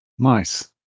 Nice